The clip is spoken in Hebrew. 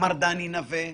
מר דני נווה,